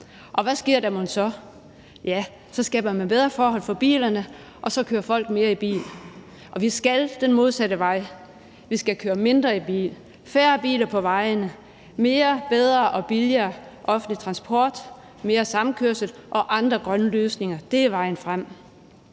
og hvad sker der mon så? Ja, så skaber man bedre forhold for bilerne, og så kører folk mere i bil, og vi skal den modsatte vej. Vi skal køre mindre i bil. Færre biler på vejene, mere, bedre og billigere offentlig transport, mere samkørsel og andre grønne løsninger er vejen frem.